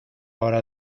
hora